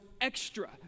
extra